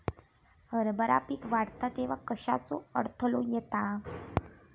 हरभरा पीक वाढता तेव्हा कश्याचो अडथलो येता?